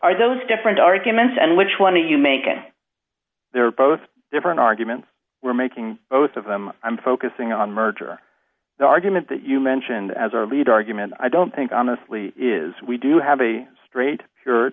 are those different arguments and which one do you make and there are both different arguments we're making both of them i'm focusing on merger the argument that you mentioned as our lead argument i don't think honestly is we do have the straight